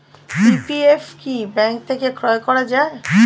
PPF কি bank থেকে ক্রয় করা যায়?